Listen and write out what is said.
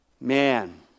Man